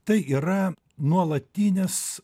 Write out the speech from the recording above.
tai yra nuolatinis